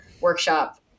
workshop